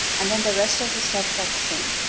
and then the rest of the steps are the same.